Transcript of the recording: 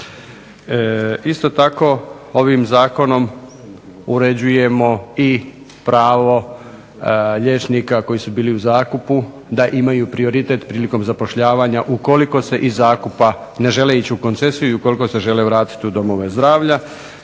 Isto tako, ovim zakonom uređujemo i pravo liječnika koji su bili u zakupu da imaju prioritet prilikom zapošljavanja ukoliko ne žele ići u koncesiju i ukoliko se žele vratiti u domove zdravlja.